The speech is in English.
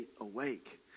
awake